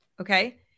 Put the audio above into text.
Okay